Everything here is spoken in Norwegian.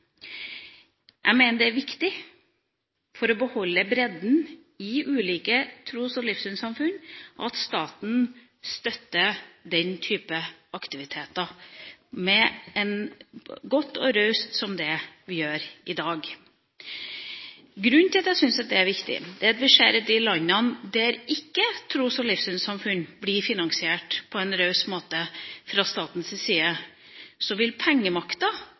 Jeg mener det er viktig, for å beholde bredden i ulike tros- og livssynssamfunn, at staten støtter den type aktiviteter godt og raust, som vi gjør i dag. Grunnen til at jeg syns det er viktig, er at vi ser at i de landene der tros- og livssynssamfunn ikke blir finansiert på en raus måte fra statens side, vil pengemakta